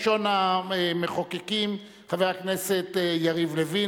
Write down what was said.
ראשון המחוקקים הוא חבר הכנסת יריב לוין,